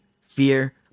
fear